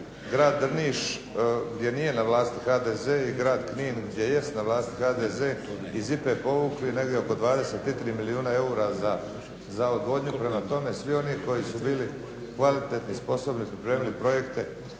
grad Drniš, gdje nije na vlasti HDZ, i grad Knin, gdje jest na vlasti HDZ, iz IPA-e povukli negdje oko 23 milijuna eura za odvodnju. Prema tome, svi oni koji su bili kvalitetni, sposobni i pripremili projekte